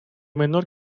menor